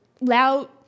loud